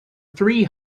three